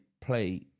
play